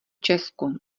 česku